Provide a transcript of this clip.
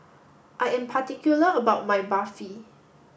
I am particular about my Barfi